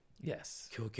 Yes